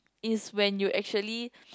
is when you actually